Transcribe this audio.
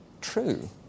true